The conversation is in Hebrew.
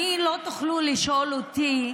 לא תוכלו לשאול אותי: